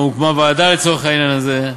גם הוקמה ועדה לצורך העניין הזה.